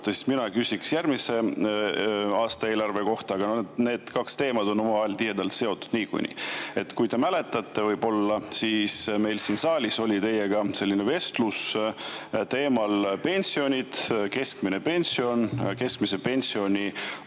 siis mina küsiks järgmise aasta eelarve kohta, aga need kaks teemat on omavahel tihedalt seotud niikuinii. Kui te võib-olla mäletate, siis meil oli siin saalis teiega vestlus teemal pensionid, keskmine pension, keskmise pensioni